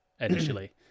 initially